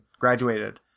graduated